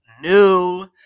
new